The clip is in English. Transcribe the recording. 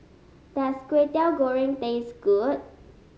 does Kwetiau Goreng taste good